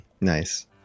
Nice